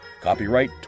Copyright